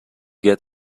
get